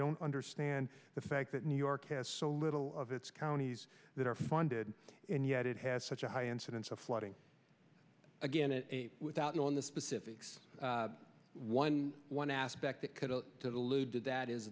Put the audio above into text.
don't understand the fact that new york has so little of its counties that are funded and yet it has such a high incidence of flooding again and without knowing the specifics one one aspect to the loo did that is